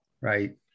right